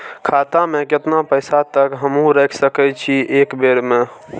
खाता में केतना पैसा तक हमू रख सकी छी एक बेर में?